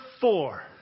four